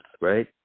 right